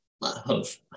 Love